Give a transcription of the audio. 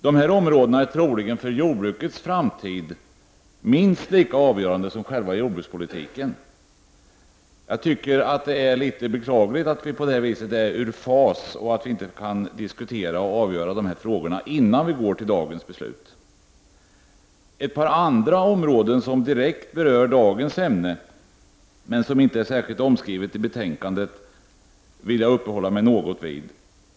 Dessa områden är troligen för jordbrukets framtid minst lika avgörande som själva jordbrukspolitiken. Jag tycker att det är litet beklagligt att vi på det viset är ur fas och att vi inte kan diskutera och avgöra dessa frågor, innan vi går till dagens beslut. Ett par andra områden som direkt berör dagens ämne, men som inte är särskilt omskrivna i betänkandet ,vill jag uppehålla mig något vid.